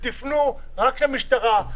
תפנו רק למשטרה,